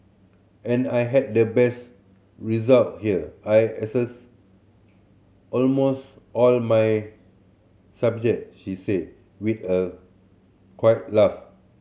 and I had the best result here I aced almost all my subject she say with a quiet laugh